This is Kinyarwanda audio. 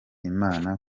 imana